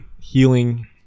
healing